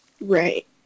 Right